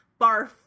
Barf